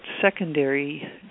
secondary